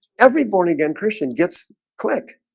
every born-again christian gets click